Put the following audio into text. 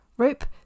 Rope